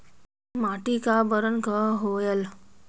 माटी का बरन कर होयल?